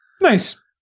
Nice